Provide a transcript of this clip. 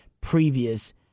previous